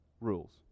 rules